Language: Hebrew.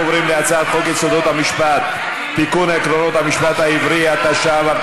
בלהטריל אותנו בחוקים הזויים ומוזרים